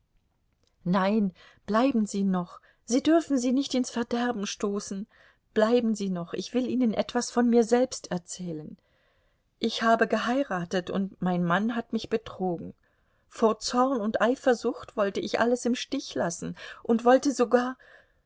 nein bleiben sie noch sie dürfen sie nicht ins verderben stoßen bleiben sie noch ich will ihnen etwas von mir selbst erzählen ich habe geheiratet und mein mann hat mich betrogen vor zorn und eifersucht wollte ich alles im stich lassen und wollte sogar